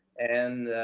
and